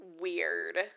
weird